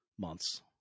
months